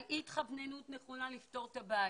על אי-התכווננות נכונה לפתור את הבעיה.